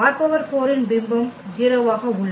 ℝ4 ன் பிம்பம் 0 ஆக உள்ளது